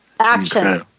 Action